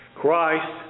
Christ